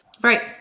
right